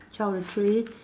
twelve to three